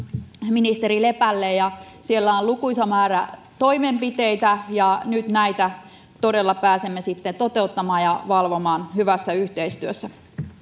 ministeri lepälle ja siellä on lukuisa määrä toimenpiteitä ja nyt näitä todella pääsemme sitten toteuttamaan ja valvomaan hyvässä yhteistyössä